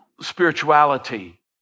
spirituality